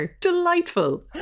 Delightful